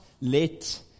let